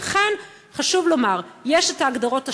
ולכן חשוב לומר: יש הגדרות שונות,